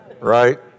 right